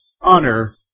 honor